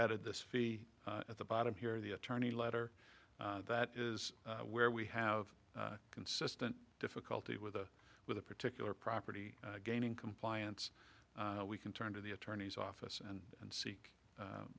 added this fee at the bottom here the attorney letter that is where we have consistent difficulty with a with a particular property gaining compliance we can turn to the attorney's office and and seek